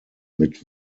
mit